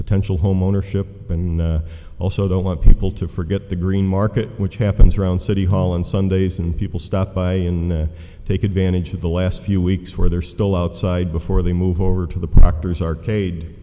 potential home ownership and i also don't want people to forget the green market which happens around city hall on sundays and people stop by to take advantage of the last few weeks where they're still outside before they move over to the proctors arcade